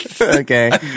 okay